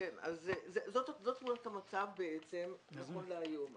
זאת תמונת המצב, נכון להיום.